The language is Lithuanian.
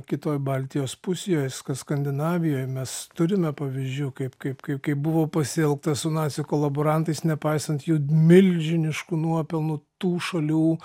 kitoj baltijos pusėj kad skandinavijoje mes turime pavyzdžių kaip kaip kaip buvo pasielgta su nacių kolaborantais nepaisant jų milžiniškų nuopelnų tų šalių